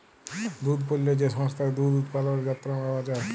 দুহুদ পল্য যে সংস্থায় দুহুদ উৎপাদলের মাত্রা পাউয়া যায়